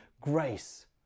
grace